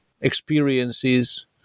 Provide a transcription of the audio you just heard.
experiences